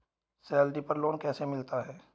Salary पर loan कैसे मिलता है?